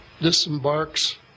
disembarks